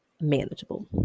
manageable